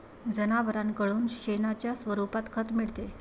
जनावरांकडून शेणाच्या स्वरूपात खत मिळते